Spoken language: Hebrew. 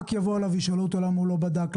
יבואו אליו וישאלו אותו למה הוא לא בדק,